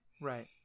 Right